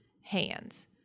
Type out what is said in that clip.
hands